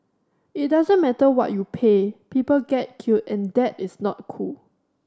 it doesn't matter what you pay people get killed and that is not cool